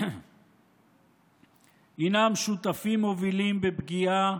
הם שותפים מובילים בפגיעה